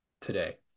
today